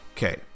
Okay